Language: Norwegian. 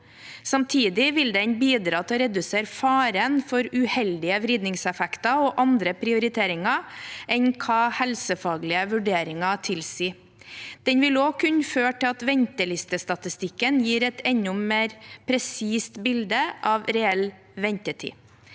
Samtidig vil den bidra til å redusere faren for uheldige vridningseffekter og andre prioriteringer enn hva helsefaglige vurderinger tilsier. Den vil også kunne føre til at ventelistestatistikken gir et enda mer presist bilde av reell ventetid.